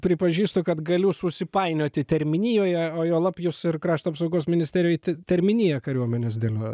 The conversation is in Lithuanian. pripažįstu kad galiu susipainioti terminijoje o juolab jus ir krašto apsaugos ministerijoj te terminiją kariuomenės dėliojat